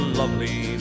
lovely